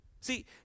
See